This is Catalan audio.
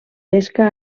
pesca